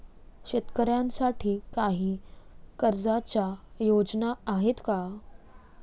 शेतकऱ्यांसाठी काही कर्जाच्या योजना आहेत का?